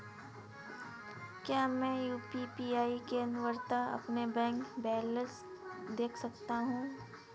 क्या मैं यू.पी.आई के द्वारा अपना बैंक बैलेंस देख सकता हूँ?